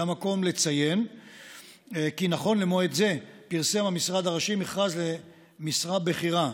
זה המקום לציין כי נכון למועד זה פרסם המשרד הראשי מכרז למשרה בכירה,